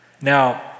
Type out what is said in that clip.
Now